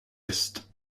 est